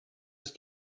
ist